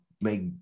make